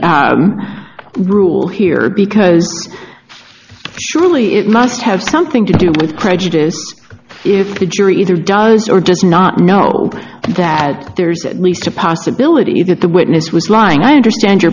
own rule here because surely it must have something to do with prejudice if the jury either does or does not know that there's at least a possibility that the witness was lying i understand your